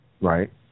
Right